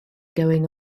going